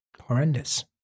Horrendous